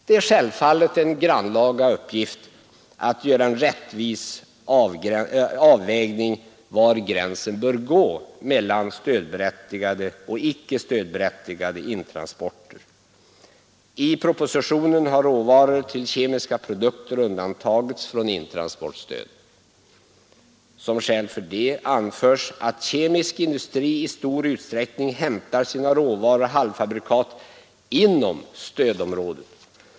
Det är självfallet en grannlaga uppgift att göra en rättvis avvägning var gränsen bör gå mellan stödberättigade och icke stödberättigade intransporter. I propositionen har råvaror till kemiska produkter undantagits från intransportstöd. Som skäl för detta anförs att kemisk industri i stor utsträckning hämtar sina råvaror och halvfabrikat inom stödområdet.